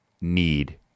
need